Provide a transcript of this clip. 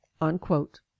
unquote